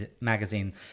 magazine